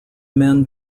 men